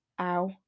Ow